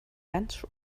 ganz